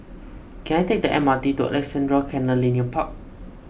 can I take the M R T to Alexandra Canal Linear Park